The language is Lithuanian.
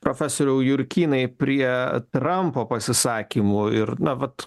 profesoriau jurkynai prie trampo pasisakymų ir na vat